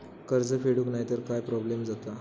कर्ज फेडूक नाय तर काय प्रोब्लेम जाता?